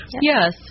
Yes